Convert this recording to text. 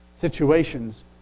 situations